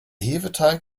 hefeteig